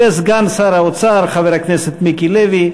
וסגן שר האוצר, חבר הכנסת מיקי לוי,